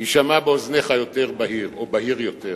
יישמע באוזניך יותר בהיר, או, בהיר יותר.